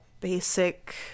basic